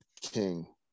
king